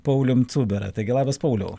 paulium cubera taigi labas pauliau